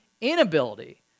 inability